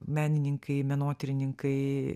menininkai menotyrininkai